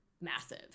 massive